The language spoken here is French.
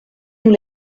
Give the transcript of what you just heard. nous